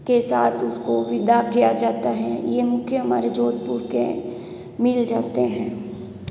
के साथ उसको विदा किया जाता है यह मुख्य हमारे जोधपुर के मिल जाते हैं